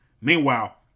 Meanwhile